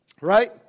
right